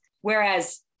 whereas